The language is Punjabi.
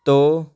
ਤੋਂ